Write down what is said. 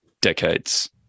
decades